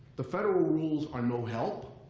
the federal rules are no help.